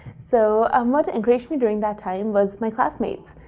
so um what encouraged me during that time was my classmates.